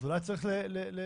אז אולי צריך לפצל.